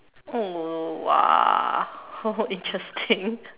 oh !wah! oh interesting